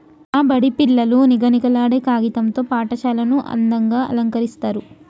మా బడి పిల్లలు నిగనిగలాడే కాగితం తో పాఠశాలను అందంగ అలంకరిస్తరు